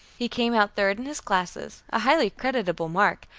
he came out third in his classes, a highly creditable mark,